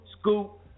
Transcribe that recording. Scoop